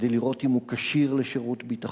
כדי לראות אם הוא כשיר לשירות ביטחון,